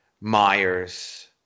Myers